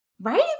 right